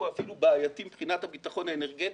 אפילו בעייתי מבחינת הביטחון האנרגטי,